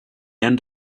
end